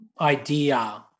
idea